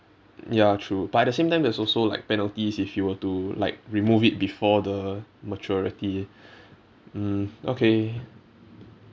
ya true but at the same time there is also like penalties if you were to like remove it before the maturity mm okay